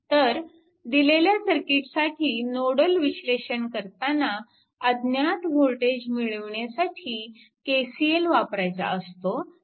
तर दिलेल्या सर्किटसाठी नोडल विश्लेषण करताना अज्ञात वोल्टेजेस मिळविण्यासाठी KCL वापरायचा असतो